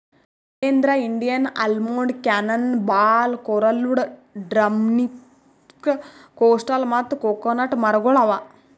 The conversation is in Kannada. Shailendra, Indian almond, cannon ball, coralwood, drumstick, coastal ಮತ್ತ ಕೊಕೊನಟ್ ಮರಗೊಳ್ ಅವಾ